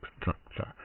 structure